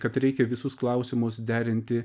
kad reikia visus klausimus derinti